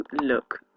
look